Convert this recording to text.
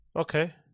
Okay